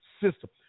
system